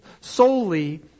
solely